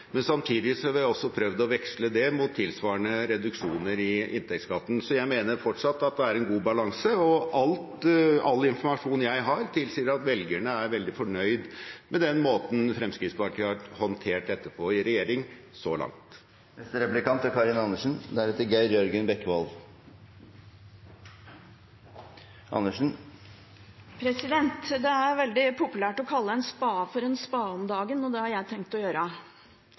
men det skal kompenseres for dem som berøres. Så det er balansert. Det er riktig at det har kommet inn avgifter og avgiftsøkninger i de budsjettforlikene vi har inngått i Stortinget. Samtidig har vi prøvd å veksle det mot tilsvarende reduksjoner i inntektsskatten. Så jeg mener fortsatt at det er en god balanse, og all informasjon jeg har, tilsier at velgerne er veldig fornøyd med den måten Fremskrittspartiet har håndtert dette på i regjering så langt. Det er veldig populært å kalle en spade for en spade